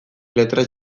letra